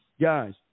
guys